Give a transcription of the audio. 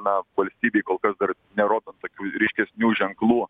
na valstybei kol kas dar nerodo tokių ryškesnių ženklų